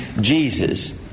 Jesus